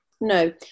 No